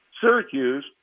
Syracuse